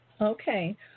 Okay